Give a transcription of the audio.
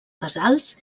casals